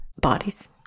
bodies